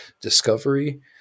discovery